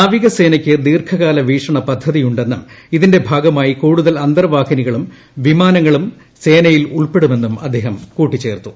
നാവികസേനയ്ക്ക് ദീർഘക്ടില്ലിവീക്ഷണ പദ്ധതിയുണ്ടെന്നും ഇതിന്റെ ഭാഗമായി കൂട്ടുതൽ അന്തർവാഹിനികളും വിമാനങ്ങളും സേനയിൽ ഉൾപ്പെടുമെന്നും അദ്ദേഹം കൂട്ടിച്ചേർത്തു